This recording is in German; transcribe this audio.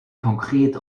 konkret